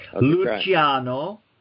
Luciano